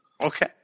Okay